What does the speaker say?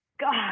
God